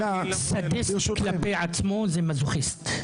--- סדיסט כלפי עצמו זה מזוכיסט.